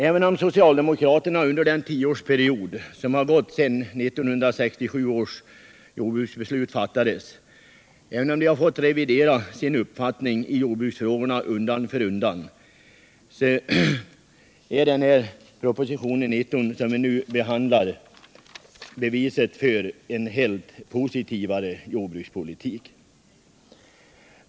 Även om socialdemokraterna under den tioårsperiod som gått sedan 1967 års jordbruksbeslut fattades fått revidera sin uppfattning i jordbruksfrågorna undan för undan är den proposition som vi nu behandlar beviset för en mycket mer positiv jordbrukspolitik.